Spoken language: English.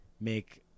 make